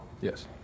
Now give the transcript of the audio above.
Yes